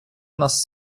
нас